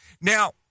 Now